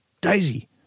Daisy